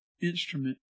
instrument